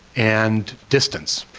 and distance.